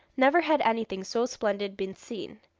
never had anything so splendid been seen.